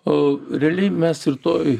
o realiai mes ir toj